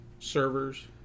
Servers